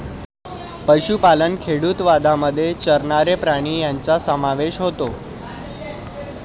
पशुपालन खेडूतवादामध्ये चरणारे प्राणी यांचा समावेश होतो